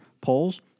polls